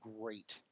great